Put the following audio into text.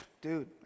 dude